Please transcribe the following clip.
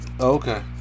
Okay